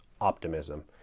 optimism